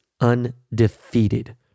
undefeated